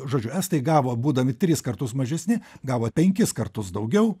žodžiu estai gavo būdami tris kartus mažesni gavo penkis kartus daugiau